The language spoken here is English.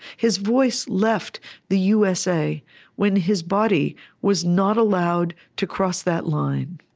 his voice left the usa when his body was not allowed to cross that line.